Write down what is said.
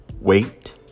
wait